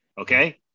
Okay